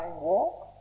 walk